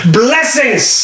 blessings